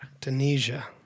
Tunisia